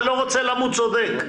אני לא רוצה למות צודק.